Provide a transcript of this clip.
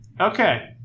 okay